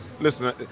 listen